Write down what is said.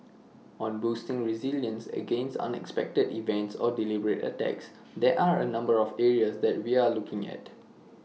on boosting resilience against unexpected events or deliberate attacks there are A number of areas that we are looking at